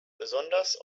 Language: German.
besonders